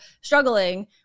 struggling